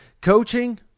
Coaching